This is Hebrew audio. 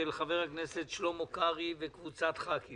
של חבר הכנסת שלמה קרעי וקבוצת חברי כנסת.